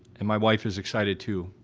and my wife is excited too,